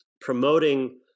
promoting